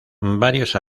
varios